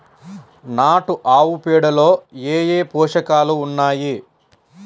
నాటు ఆవుపేడలో ఏ ఏ పోషకాలు ఉన్నాయి?